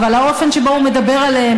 אבל האופן שבו הוא מדבר עליהם,